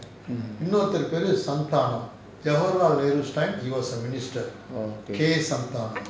orh okay